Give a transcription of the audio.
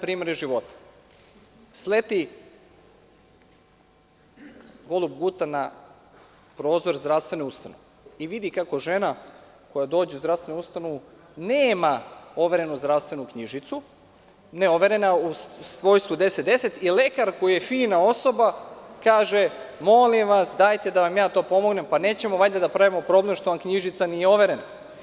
Šta se dešava recimo ako sleti golub Guta na prozor zdravstvene ustanove i vidi kako žena koja dođe u zdravstvenu ustanovu nema overenu zdravstvenu knjižici, neoverena u svojstvu 1010, i lekar koji je fina osoba kaže – molim vas, dajte da vam ja to pomognem, nećemo valjda da pravimo problem što vam knjižica nije overena?